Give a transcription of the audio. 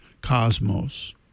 cosmos